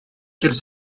quels